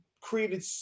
created